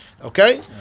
okay